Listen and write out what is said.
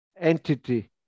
entity